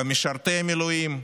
במשרתי המילואים,